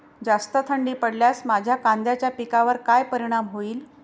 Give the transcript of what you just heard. जास्त थंडी पडल्यास माझ्या कांद्याच्या पिकावर काय परिणाम होईल?